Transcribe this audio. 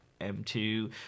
M2